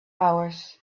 hours